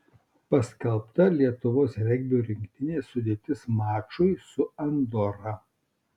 paskelbta lietuvos regbio rinktinės sudėtis mačui su andora